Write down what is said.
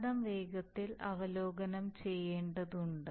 പാഠം വേഗത്തിൽ അവലോകനം ചെയ്യേണ്ടതുണ്ട്